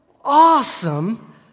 awesome